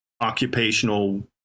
occupational